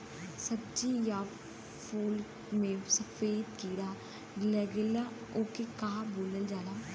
सब्ज़ी या फुल में सफेद कीड़ा लगेला ओके का बोलल जाला?